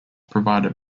provided